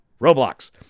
Roblox